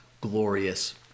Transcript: glorious